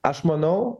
aš manau